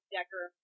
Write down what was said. Decker